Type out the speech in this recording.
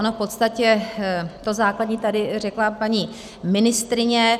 Ono v podstatě to základní tady řekla paní ministryně.